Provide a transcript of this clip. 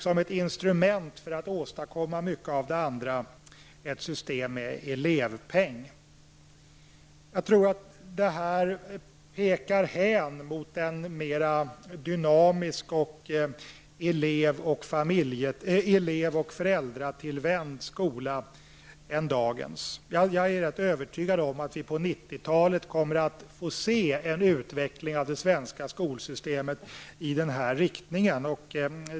Som ett instrument för att kunna åstadkomma detta skall det finnas ett system med elevpeng. Jag tror att detta pekar hän mot en mera dynamisk elev och föräldratillvänd skola än dagens. Jag är övertygad om att vi på 90-talet kommer att få se en utveckling av det svenska skolsystemet i den riktningen.